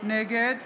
נגד